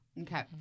Okay